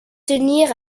tenir